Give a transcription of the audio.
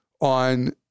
on